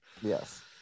Yes